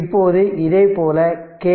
இப்போது இதைப் போல கே